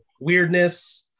weirdness